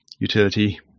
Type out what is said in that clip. utility